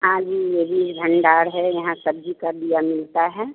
हाँ जी ये बीज भंडार है यहाँ सब्जी का बीया मिलता है